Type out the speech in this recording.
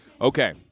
Okay